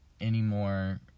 anymore